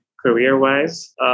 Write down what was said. career-wise